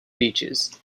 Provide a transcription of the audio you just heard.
beaches